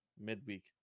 Midweek